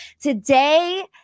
Today